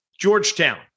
Georgetown